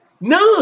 None